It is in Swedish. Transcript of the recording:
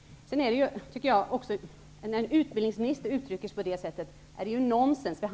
Det är nonsens av en utbildningsminister att uttrycka sig på detta sätt.